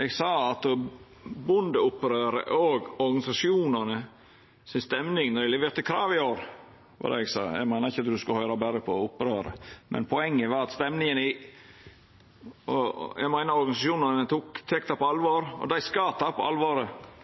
Eg sa: bondeopprøret og stemninga i organisasjonane når ein leverte krav i år – det var det eg sa. Eg meiner ikkje at ein skal høyra berre på opprøret. Poenget var at eg meiner organisasjonane tek stemninga på alvor, og dei skal ta på